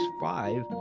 five